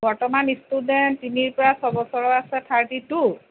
বৰ্তমান ষ্টুডেণ্ট তিনিৰ পৰা ছবছৰৰ আছে থাৰ্টি টু